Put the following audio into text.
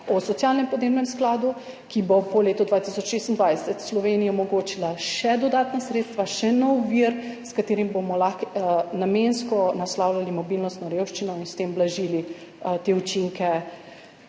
o socialnem podjemnem skladu, ki bo po letu 2026 Sloveniji omogočila še dodatna sredstva, še nov vir, s katerim bomo lahko namensko naslavljali mobilnostno revščino in s tem blažili te učinke